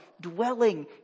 dwelling